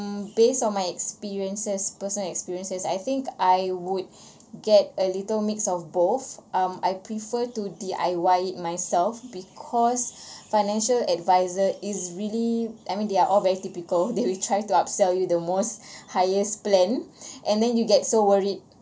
based on my experiences personal experiences I think I would get a little mix of both um I prefer to D_I_Y it myself because financial adviser is really I mean they're all very typical they will try to upsell you the most highest plan and then you get so worried